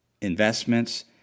investments